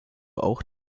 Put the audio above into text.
auch